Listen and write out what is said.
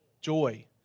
joy